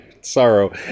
sorrow